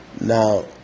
Now